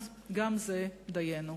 אז גם זה דיינו.